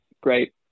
Great